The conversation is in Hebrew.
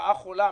זו רעה חולה,